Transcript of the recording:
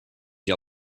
you